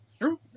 True